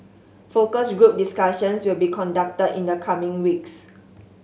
focus group discussions will be conducted in the coming weeks